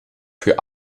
für